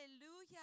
Hallelujah